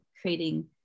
creating